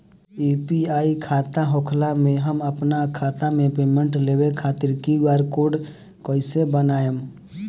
UPI खाता होखला मे हम आपन खाता मे पेमेंट लेवे खातिर क्यू.आर कोड कइसे बनाएम?